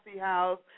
house